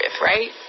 right